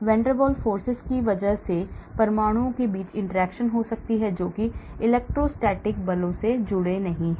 van der Waals forces की वजह से परमाणुओं के बीच interaction हो सकती है जो इलेक्ट्रोस्टैटिक बलों से जुड़े नहीं हैं